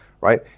right